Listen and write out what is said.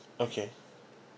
okay